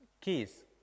Keys